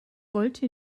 wollte